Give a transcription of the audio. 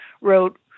wrote